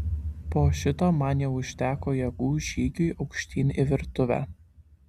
po šito man jau užteko jėgų žygiui aukštyn į virtuvę